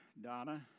Donna